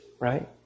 right